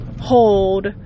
hold